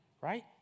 right